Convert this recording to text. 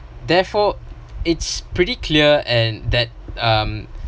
therefore it's pretty clear and that um